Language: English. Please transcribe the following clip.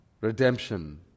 redemption